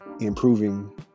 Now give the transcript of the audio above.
improving